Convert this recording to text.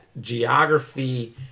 geography